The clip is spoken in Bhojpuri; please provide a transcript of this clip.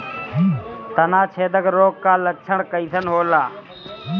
तना छेदक रोग का लक्षण कइसन होला?